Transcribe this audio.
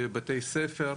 בתי ספר.